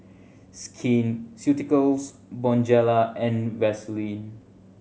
Skin Ceuticals Bonjela and Vaselin